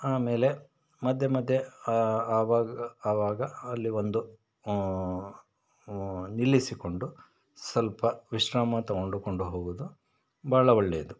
ಆಮೇಲೆ ಮಧ್ಯೆ ಮಧ್ಯೆ ಆ ಆವಾಗ ಆವಾಗ ಅಲ್ಲಿ ಒಂದು ನಿಲ್ಲಿಸಿಕೊಂಡು ಸ್ವಲ್ಪ ವಿಶ್ರಾಮ ತೊಗೊಂಡುಕೊಂಡು ಹೋಗೋದು ಭಾಳ ಒಳ್ಳೆಯದು